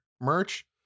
merch